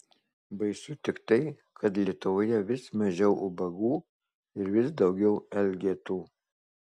baisu tik tai kad lietuvoje vis mažiau ubagų ir vis daugiau elgetų